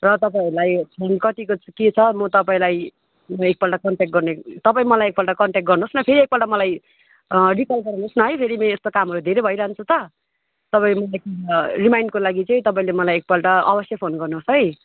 र तपाईँहरूलाई फन्ड्स कतिको के छ म तपाईँहरूलाई म एकपल्ट कन्ट्याक्ट गर्ने तपाईँ मलाई एकपल्ट कन्ट्याक्ट गर्नुहोस् न फेरि एकपल्ट मलाई रिकल गराउनु होस् न है फेरि मे ए यस्तो कामहरू धेरै भइरहन्छ त तपाईँ रिमाइन्डको लागि चाहिँ तपाईँले मलाई एकपल्ट अवश्य फोन गर्नुहोस् है